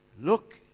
look